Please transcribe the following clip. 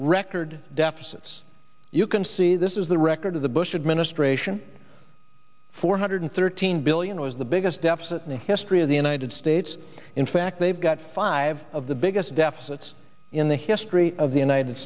deficits you can see this is the record of the bush administration four hundred thirteen billion was the biggest deficit in the history of the united states in fact they've got five of the biggest debt that's in the history of the united